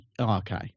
okay